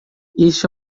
este